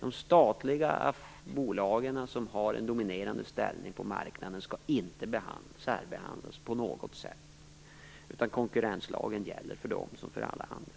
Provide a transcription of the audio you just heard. De statliga bolag som har en dominerande ställning på marknaden skall inte särbehandlas på något sätt. Konkurrenslagen gäller för dem som för alla andra.